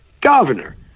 Governor